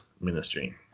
ministry